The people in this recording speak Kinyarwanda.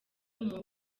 umuntu